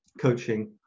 coaching